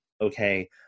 okay